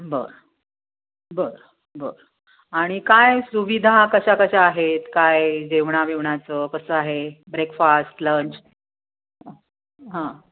बरं बरं बरं आणि काय सुविधा कशा कशा आहेत काय जेवणा बिवणाचं कसं आहे ब्रेकफास्ट लंच हां